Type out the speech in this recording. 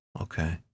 Okay